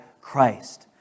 Christ